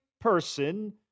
person